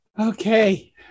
Okay